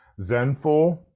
zenful